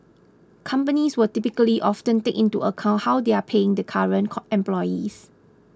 companies will typically also take into account how they are paying the current employees